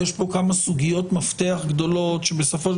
יש פה כמה סוגיות מפתח גדולות שבסופו של